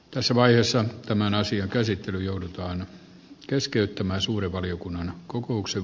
tässä vaiheessa tämän asian käsittely joudutaan keskeyttämään suuren valiokunnan kokouksen